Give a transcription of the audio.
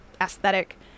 aesthetic